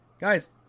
guys